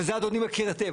וזה אדוני מכיר היטב,